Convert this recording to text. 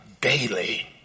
daily